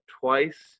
twice